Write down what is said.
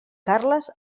carles